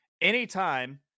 Anytime